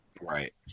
right